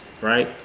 right